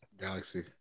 galaxy